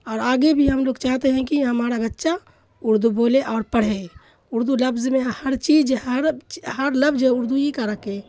اور آگے بھی ہم لوگ چاہتے ہیں کہ ہمارا غچہ اردو بولے اور پڑھے اردو لفظ میں ہر چیز ہر ہر لفظ اردو ہی کا رکھے